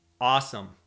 Awesome